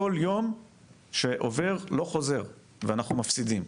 כל יום שעובר לא חוזר, ואנחנו מפסידים.